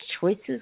choices